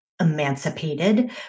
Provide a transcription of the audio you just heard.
emancipated